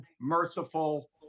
merciful